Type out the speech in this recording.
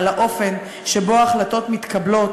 על האופן שבו החלטות מתקבלות,